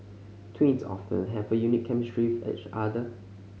twins often have a unique chemistry with each other